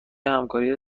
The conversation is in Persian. همکاری